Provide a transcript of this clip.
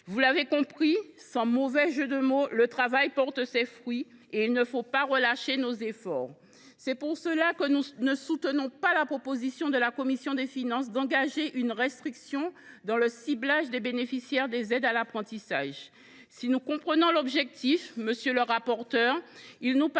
mes chers collègues, sans mauvais jeu de mots, le travail porte ses fruits, et il ne faut pas relâcher nos efforts. C’est pour cela que nous ne soutenons pas la proposition de la commission des finances de restreindre le ciblage des bénéficiaires des aides à l’apprentissage. Si nous comprenons l’objectif, monsieur le rapporteur, il nous